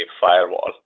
firewall